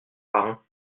parrain